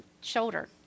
shoulder